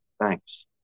thanks